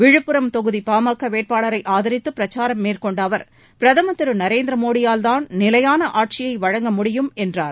விழுப்புரம் தொகுதி பா ம க வேட்பாளரை ஆதரித்து பிரச்சாரம் மேற்கொண்ட அவர் பிரதம் திரு நரேந்திர மோடியால் தான் நிலையான ஆட்சியை வழங்க முடியும் என்றார்